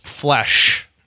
flesh